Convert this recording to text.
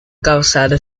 calçada